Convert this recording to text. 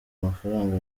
amafranga